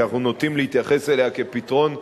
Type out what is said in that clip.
כי אנחנו נוטים להתייחס אליה כאל פתרון קסם,